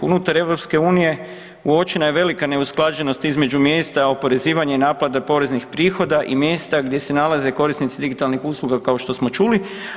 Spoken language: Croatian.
Unutar EU uočena je velika neusklađenost između mjesta oporezivanja i naplate poreznih prihoda i mjesta gdje se nalaze korisnici digitalnih usluga kao što smo čuli.